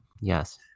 yes